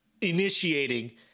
initiating